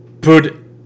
put